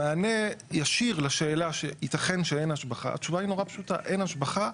במענה ישיר לשאלה שיתכן שאין השבחה התשובה היא נורא פשוטה: אין השבחה,